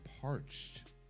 Parched